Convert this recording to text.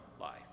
life